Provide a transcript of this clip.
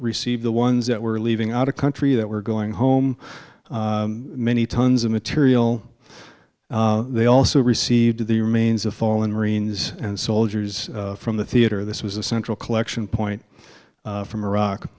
received the ones that were leaving out of country that were going home many tons of material they also received the remains of fallen marines and soldiers from the theater this was a central collection point from iraq